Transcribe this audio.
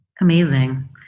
Amazing